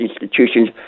institutions